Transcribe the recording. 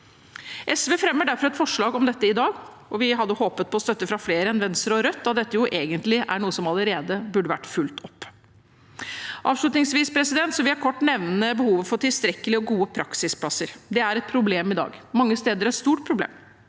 SV fremmer derfor et forslag om dette i dag, og vi hadde håpet på støtte fra flere enn Venstre og Rødt, da dette egentlig er noe som allerede burde ha vært fulgt opp. Avslutningsvis vil jeg kort nevne behovet for tilstrekkelige og gode praksisplasser. Det er et problem i dag, mange steder et stort problem.